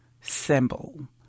symbol